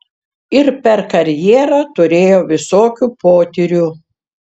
ir per karjerą turėjau visokių potyrių